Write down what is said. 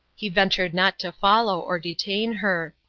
he ventured not to follow or detain her.